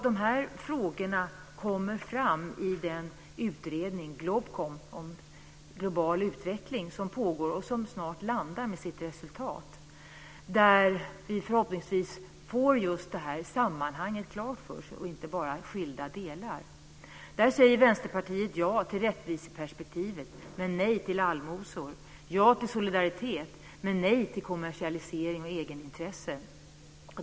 De här frågorna kommer fram i den utredning om global utveckling, Globkom, som pågår och som snart landar med sitt resultat. Där får vi förhoppningsvis just det här sammanhanget klart för oss och inte bara skilda delar. Vänsterpartiet säger ja till rättviseperspektivet men nej till allmosor, ja till solidaritet men nej till kommersialisering och egenintresse.